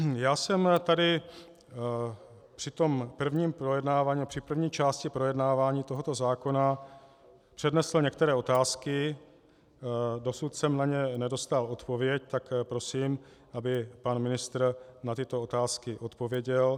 Já jsem tady přitom prvním projednávání, při první části projednávání tohoto zákona přednesl některé otázky, dosud jsem na ně nedostal odpověď, tak prosím, aby pan ministr na tyto otázky odpověděl.